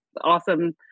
awesome